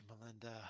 Melinda